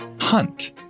hunt